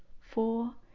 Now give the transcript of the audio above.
four